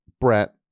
Brett